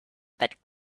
that